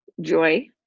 joy